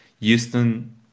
Houston